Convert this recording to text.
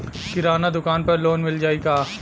किराना दुकान पर लोन मिल जाई का?